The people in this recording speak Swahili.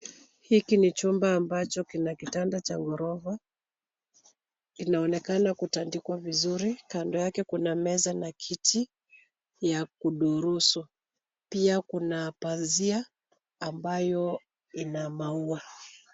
Hiki ni chumba ambacho kina kitanda cha ghorofa, kinaonekana kutandikwa vizuri kando yake kuna meza na kiti ya kudhuruzu pia kuna pazia ambao ina maua.